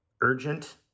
urgent